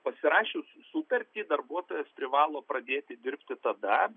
pasirašius sutartį darbuotojas privalo pradėti dirbti tada